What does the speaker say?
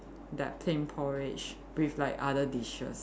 that plain porridge with like other dishes